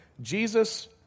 Jesus